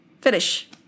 Finish